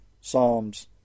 Psalms